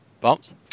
Bumps